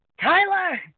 Tyler